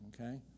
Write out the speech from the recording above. Okay